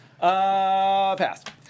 Passed